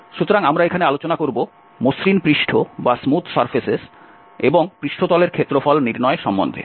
সুতরাং আমরা এখানে আলোচনা করব মসৃণ পৃষ্ঠ এবং পৃষ্ঠতলের ক্ষেত্রফল নির্ণয় সম্বন্ধে